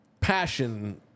passion